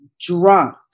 drunk